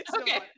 okay